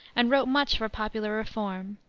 and wrote much for popular reform.